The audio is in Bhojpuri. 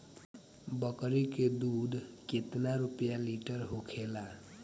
बकड़ी के दूध केतना रुपया लीटर होखेला?